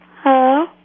Hello